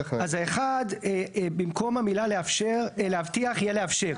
אז אחד, במקום המילה "להבטיח" יהיה "לאפשר".